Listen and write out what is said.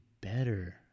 better